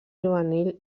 juvenil